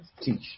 teach